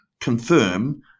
confirm